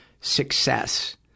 success